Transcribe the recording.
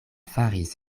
faris